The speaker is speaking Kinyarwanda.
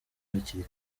hakiri